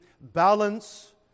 balance